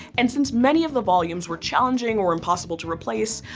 and since many of the volumes were challenging or impossible to replace,